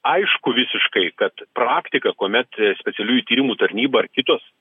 aišku visiškai kad praktika kuomet specialiųjų tyrimų tarnyba ar kitos